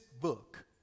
book